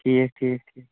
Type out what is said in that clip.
ٹھیٖک ٹھیٖک